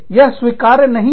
यह स्वीकार्य नहीं है